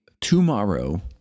tomorrow